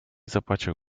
zapłacił